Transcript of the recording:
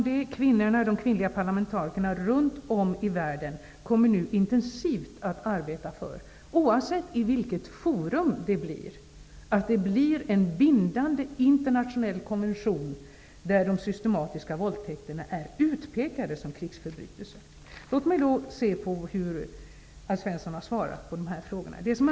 De kvinnliga parlamentarikerna runt om i världen kommer nu att intensivt arbeta för en bindande internationell konvention, oavsett i vilket forum det blir, där systematiska våldtäkter pekas ut som krigsförbrytelser. Låt mig se på hur Alf Svensson har svarat på frågorna.